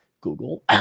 Google